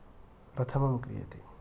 प्रथमं क्रियते